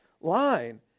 line